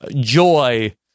Joy